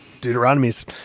Deuteronomy's